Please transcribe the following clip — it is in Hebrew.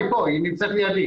היא נמצאת לידי.